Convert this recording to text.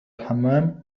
الحمام